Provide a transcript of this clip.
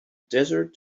desert